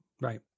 Right